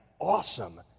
awesome